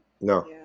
No